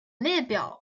列表